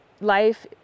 Life